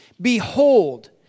behold